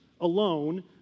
alone